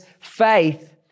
faith